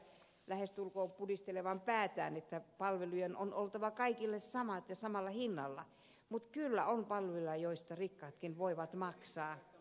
gustafssonin pudistelevan päätään että palvelujen on oltava kaikille samat ja samalla hinnalla mutta kyllä on palveluja joista rikkaat voivat maksaa